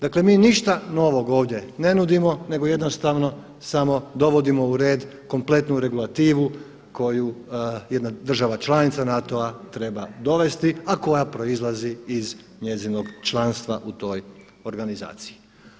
Dakle mi ništa novog ovdje ne nudimo, nego jednostavno samo dovodimo u red kompletnu regulativu koju jedna država članica NATO-a treba dovesti a koja proizlazi iz njezinog članstva u toj organizaciju.